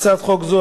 להצעת חוק זו,